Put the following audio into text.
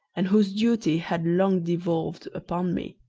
and whose duty had long devolved upon me,